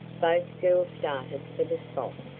both girls started for the spot,